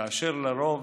ולרוב